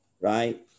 right